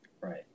Right